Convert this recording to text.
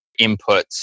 inputs